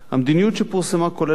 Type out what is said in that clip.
המדיניות שפורסמה כוללת,